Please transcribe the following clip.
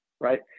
right